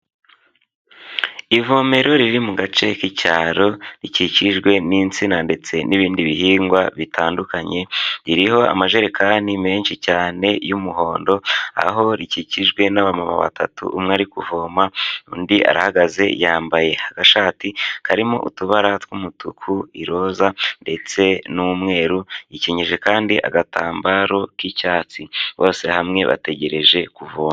Ivomero riri mu gace k'icyaro, rikikijwe n'insina ndetse n'ibindi bihingwa bitandukanye, ririho amajerekani menshi cyane y'umuhondo, aho rikikijwe n'abamama batatu, umwe ari kuvoma, undi arahagaze, yambaye agashati karimo utubara tw'umutuku, iroza ndetse n'umweru, yikinyeje kandi agatambaro k'icyatsi, bose hamwe bategereje kuvoma.